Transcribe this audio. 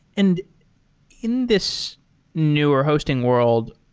in in this newer hosting world,